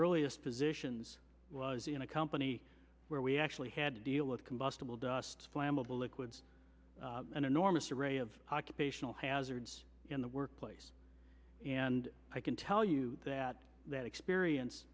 earliest positions was in a company where we actually had to deal with combustible dust flammable liquids an enormous array of occupational hazards in the workplace and i can tell you that that experience